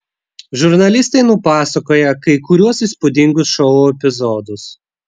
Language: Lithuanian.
žurnalistai nupasakoja kai kuriuos įspūdingus šou epizodus